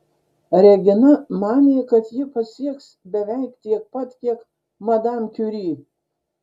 regina manė kad ji pasieks beveik tiek pat kiek madam kiuri